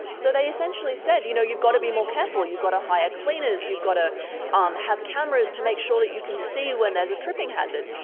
so they essentially said you know you've got to be more careful, you've got to hire cleaners, you've got to um have cameras to make sure that you can see when there is a tripping hazard.